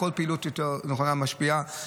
כל פעילות יותר נכונה משפיעה,